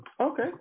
Okay